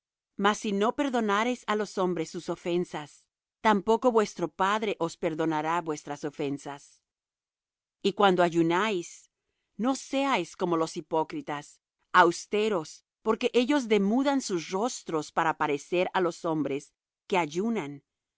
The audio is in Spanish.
mas si no perdonareis á los hombres sus ofensas tampoco vuestro padre os perdonará vuestras ofensas y cuando ayunáis no seáis como los hipócritas austeros porque ellos demudan sus rostros para parecer á los hombres que ayunan